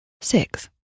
six